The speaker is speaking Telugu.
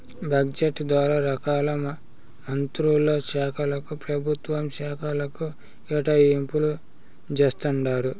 బడ్జెట్ ద్వారా రకాల మంత్రుల శాలకు, పెభుత్వ శాకలకు కేటాయింపులు జేస్తండారు